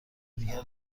دیگر